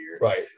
Right